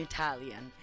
Italian